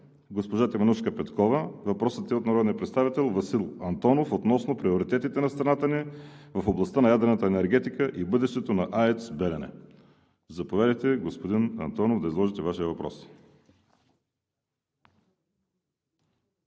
госпожа Теменужка Петкова. Въпросът е от народния представител Васил Антонов относно приоритетите на страната ни в областта на ядрената енергетика и бъдещето на АЕЦ „Белене“. Заповядайте, господин Антонов, да изложите Вашия въпрос.